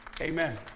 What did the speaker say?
Amen